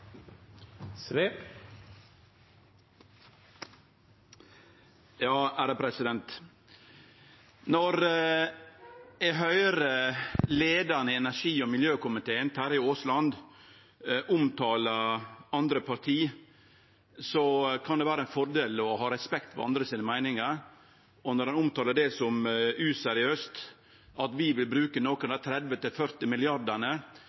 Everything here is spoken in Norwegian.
Når eg høyrer leiaren i energi- og miljøkomiteen, Terje Aasland, omtale andre parti, synest eg det kan vere ein fordel å ha respekt for andre sine meiningar. Han omtalar det som useriøst at vi vil bruke